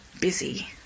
busy